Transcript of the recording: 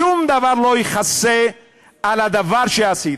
שום דבר לא יכסה על הדבר שעשית: